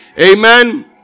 Amen